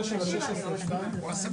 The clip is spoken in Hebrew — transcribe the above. והמשרדים מבינים שאי אפשר